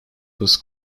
was